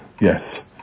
Yes